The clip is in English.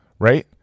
right